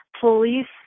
Police